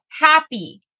happy